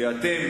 שאתם,